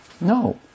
No